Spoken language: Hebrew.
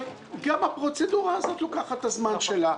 אבל גם הפרוצדורה הזאת לוקחת את הזמן שלה.